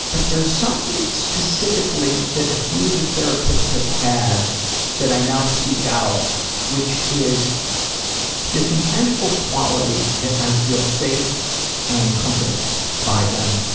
but there's something specifically that a few of the therapists have that i now seek out which is this intangible quality that i feel safe and comforted by them.